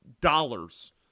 dollars